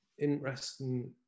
interesting